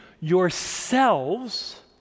yourselves